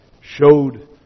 showed